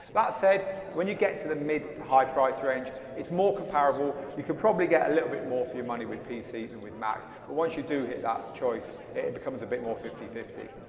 that said when you get to the mid to high price range it's more comparable, you can probably get a little bit more for your money with pc than with mac but once you do hit that choice it was a bit more fifty fifty.